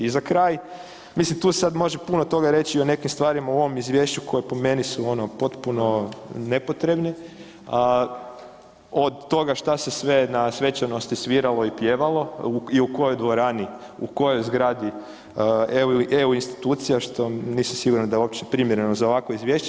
I za kraj, mislim tu se sad može puno toga reći i o nekim stvarima u ovom izvješću koje po meni su ono potpuno nepotrebni, od toga šta se sve na svečanosti sviralo i pjevalo i u kojoj dvorani, u kojoj zgradi EU institucija što nisam siguran da je uopće primjereno za ovakvo izvješće.